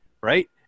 right